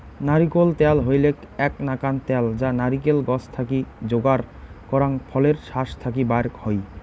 নারিকোল ত্যাল হইলেক এ্যাক নাকান ত্যাল যা নারিকোল গছ থাকি যোগার করাং ফলের শাস থাকি বার হই